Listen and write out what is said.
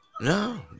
No